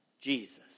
Jesus